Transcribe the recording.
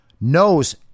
knows